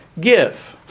give